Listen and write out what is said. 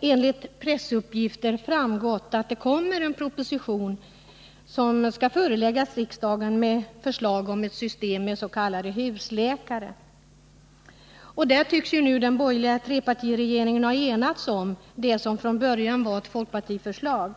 Enligt vad som framgått av uppgifter i pressen kommer en proposition att föreläggas riksdagen med förslag om ett system med s.k. husläkare. Den borgerliga trepartiregeringen tycks ha enats om det som från början var ett folkpartiförslag.